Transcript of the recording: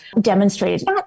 demonstrated